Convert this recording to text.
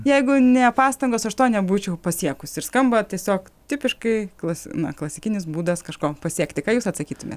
jeigu ne pastangos aš to nebūčiau pasiekusi ir skamba tiesiog tipiškai klas na klasikinis būdas kažko pasiekti ką jūs atsakytumėt